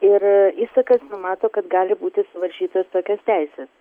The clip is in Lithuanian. ir įsakas numato kad gali būti suvaržytos tokios teisės